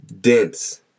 Dense